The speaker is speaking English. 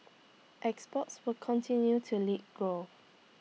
exports will continue to lead growth